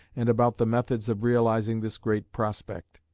and about the methods of realising this great prospect.